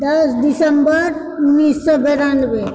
दश दिसम्बर उन्नैस सए बेरानबे